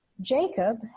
Jacob